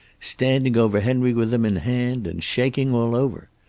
standing over henry with them in hand, and shaking all over.